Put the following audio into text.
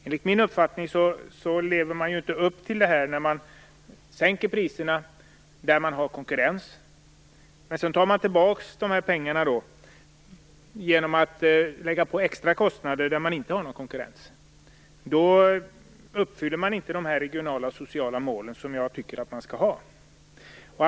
Enligt min uppfattning lever man inte upp till det när man sänker priserna där man har konkurrens men tar tillbaks pengarna genom att lägga på extra kostnader där man inte har någon konkurrens. Då uppfyller man inte de regionala och sociala mål som jag tycker att man skall ha.